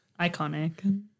Iconic